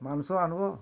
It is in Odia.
ମାଂସ ଆନବୋ